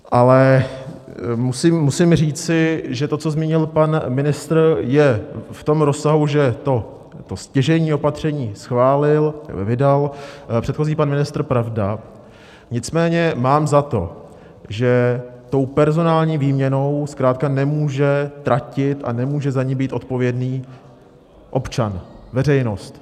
Ale musím říci, že to, co zmínil pan ministr, je v tom rozsahu, že to stěžejní opatření schválil vydal předchozí pan ministr, pravda, nicméně mám za to, že personální výměnou zkrátka nemůže tratit a nemůže za ni být odpovědný občan, veřejnost.